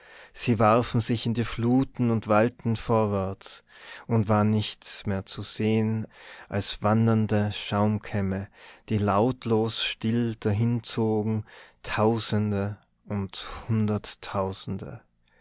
sie warfen sich in die fluten und wallten vorwärts und war nichts mehr zu sehen als wandernde schaumkämme die lautlos still dahinzogen tausende und hunderttausende